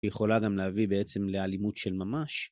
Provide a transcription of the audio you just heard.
‫היא יכולה גם להביא בעצם ‫לאלימות של ממש.